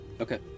okay